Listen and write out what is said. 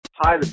Hi